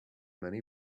many